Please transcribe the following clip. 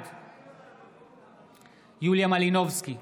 בעד יוליה מלינובסקי,